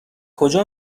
کجا